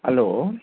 hello